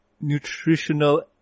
nutritional